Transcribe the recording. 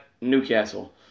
Newcastle